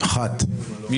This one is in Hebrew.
מה